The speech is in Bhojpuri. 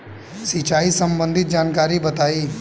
सिंचाई संबंधित जानकारी बताई?